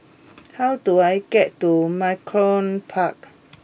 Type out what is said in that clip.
how do I get to Malcolm Park